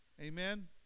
Amen